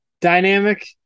dynamic